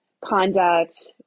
conduct